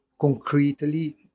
concretely